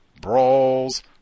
brawls